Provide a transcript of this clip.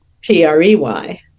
P-R-E-Y